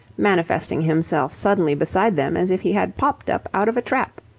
manifesting himself suddenly beside them as if he had popped up out of a trap.